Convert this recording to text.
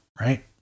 right